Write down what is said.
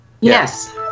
Yes